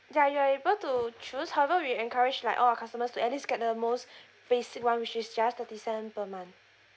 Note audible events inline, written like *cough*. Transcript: ya you're able to choose however we encourage like all of our customers to at least get the most *breath* basic [one] which is just thirty cents per month